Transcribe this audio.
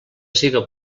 siga